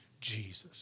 Jesus